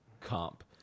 comp